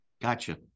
Gotcha